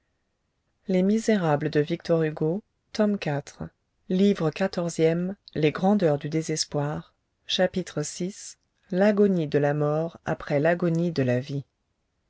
des vers de jean prouvaire chapitre vi l'agonie de la mort après l'agonie de la vie